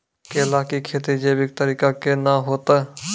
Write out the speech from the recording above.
केला की खेती जैविक तरीका के ना होते?